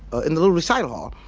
ah in the little recital hall.